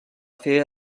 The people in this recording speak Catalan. fer